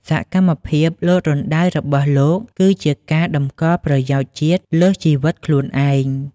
សកម្មភាពលោតរណ្ដៅរបស់លោក គឺជាការតម្កល់ប្រយោជន៍ជាតិលើសជីវិតខ្លួនឯង។